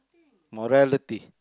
morality